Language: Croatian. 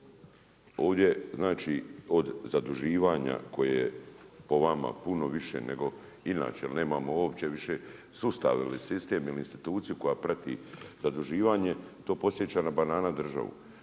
znači od zaduživanja koje je po vama puno više nego inače jer nemamo uopće više sustav, sistem ili instituciju koja prati zaduživanje, to podsjeća na banana državu.